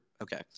okay